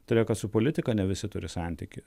todėl kad su politika ne visi turi santykį